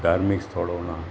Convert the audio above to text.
ધાર્મિક સ્થળોના